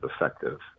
effective